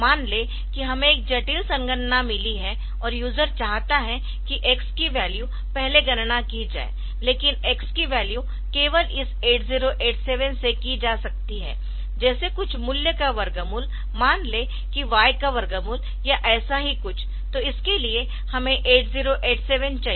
मान लें कि हमें एक जटिल संगणना मिली है और यूजर चाहता है कि x की वैल्यू पहले गणना की जाए लेकिन x की वैल्यू केवल इस 8087 से की जा सकती है जैसे कुछ मूल्य का वर्गमूल मान ले की Y का वर्गमूल या ऐसा ही कुछ तो इसके लिए हमें 8087 चाहिए